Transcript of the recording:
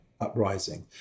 uprising